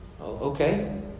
Okay